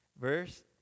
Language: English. Verse